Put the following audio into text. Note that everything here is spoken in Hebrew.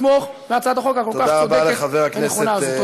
לתמוך בהצעת החוק הכל-כך צודקת ונכונה הזאת.